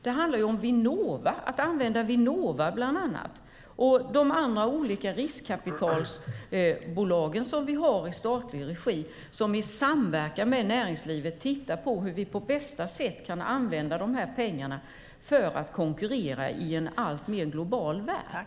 Det handlar om att använda exempelvis Vinnova och andra riskkapitalbolag i statlig regi som i samverkan med näringslivet tittar på hur vi på bästa sätt kan använda pengarna för att kunna konkurrera i en alltmer global värld.